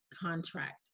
contract